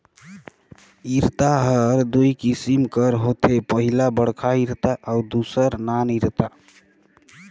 इरता हर दूई किसिम कर होथे पहिला बड़खा इरता अउ दूसर नान इरता